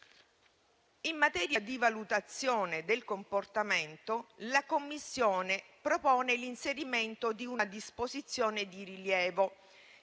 In materia di valutazione del comportamento, la Commissione propone l'inserimento di una disposizione di rilievo;